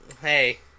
Hey